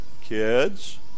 kids